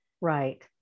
right